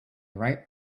ripe